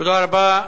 תודה רבה.